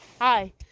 hi